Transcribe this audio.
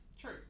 True